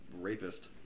rapist